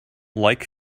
like